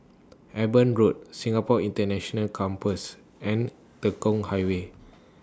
Eben Road Singapore International Campus and Tekong Highway